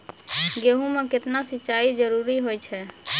गेहूँ म केतना सिंचाई जरूरी होय छै?